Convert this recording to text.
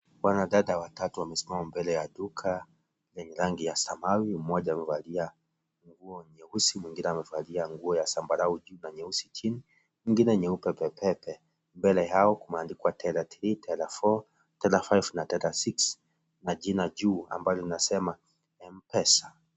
Wanadada watatu wamesimama mbele ya duka, lenye rangi ya samawi mmoja amevalia nguo nyeusi mwingine amevalia nguo ya zambarau juu na nyeusi chini mwingine nyeupe pepepe mbele yao kumeandikwa teller three, teller four, teller five na teller six na jina juu ambayo inasema M-pesa.